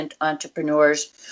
entrepreneurs